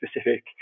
specific